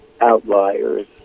outliers